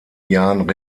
jahren